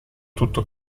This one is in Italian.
tutto